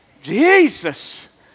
Jesus